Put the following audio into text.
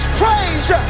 praise